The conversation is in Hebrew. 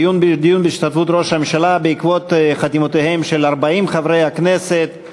דיון בהשתתפות ראש הממשלה בעקבות חתימותיהם של 40 חברי הכנסת,